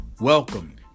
Welcome